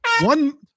One